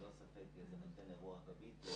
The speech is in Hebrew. דבר ראשון, בשורה התחתונה אי אפשר להפריד בין זה.